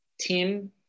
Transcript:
team